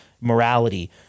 morality